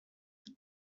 that